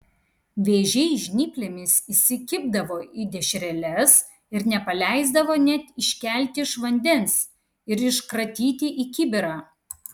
vėžiai žnyplėmis įsikibdavo į dešreles ir nepaleisdavo net iškelti iš vandens ir iškratyti į kibirą